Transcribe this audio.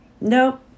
Nope